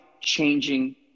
changing